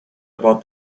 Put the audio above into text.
about